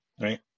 Right